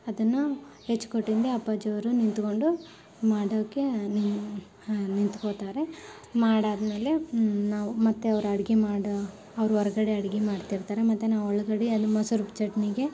ಅದನ್ನು ಹೆಚ್ಕೊಟ್ಟಿದ್ದೆ ಅಪ್ಪಾಜಿ ಅವರು ನಿಂತ್ಕೊಂಡು ಮಾಡೋಕೆ ನೀ ಹಾಂ ನಿಂತ್ಕೊಳ್ತಾರೆ ಮಾಡಾದ್ಮೇಲೆ ನಾವು ಮತ್ತೆ ಅವ್ರು ಅಡುಗೆ ಮಾಡಿ ಅವ್ರು ಹೊರಗಡೆ ಅಡ್ಗೆ ಮಾಡ್ತಿರ್ತಾರೆ ಮತ್ತು ನಾವು ಒಳಗಡೆ ಅಲ್ಲಿ ಮೊಸರು ಚಟ್ನಿಗೆ